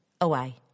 away